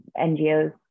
NGOs